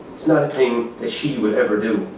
it's not a thing that she would ever do.